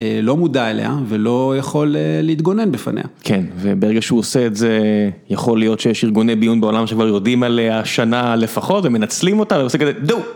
לא מודע אליה ולא יכול להתגונן בפניה כן וברגע שהוא עושה את זה יכול להיות שיש ארגוני ביון בעולם שכבר יודעים עליה שנה לפחות ומנצלים אותה.